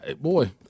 boy